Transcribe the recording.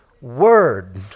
word